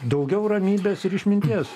daugiau ramybės ir išminties